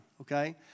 Okay